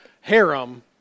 harem